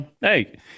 hey